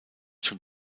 schon